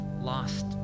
lost